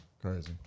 Crazy